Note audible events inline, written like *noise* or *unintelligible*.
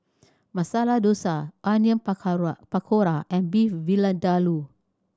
Masala Dosa Onion *unintelligible* Pakora and Beef Vindaloo